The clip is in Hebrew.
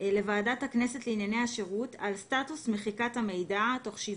לוועדת הכנסת לענייני השירות על סטטוס מחיקת המידע תוך 7